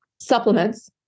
Supplements